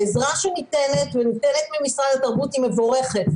העזרה שניתנת ממשרד התרבות היא מבורכת.